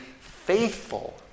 faithful